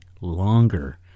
longer